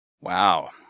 Wow